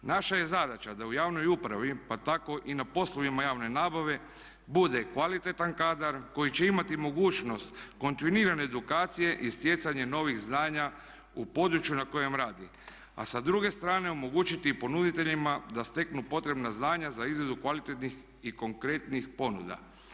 Naša je zadaća da u javnoj upravi pa tako i na poslovima javne nabave bude kvalitetan kadar koji će imati mogućnost kontinuirane edukacije i stjecanje novih znanja u području na kojem radi, a sa druge strane omogućiti ponuditeljima da steknu potrebna znanja za izradu kvalitetnih i konkretnih ponuda.